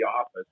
office